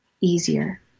easier